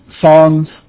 songs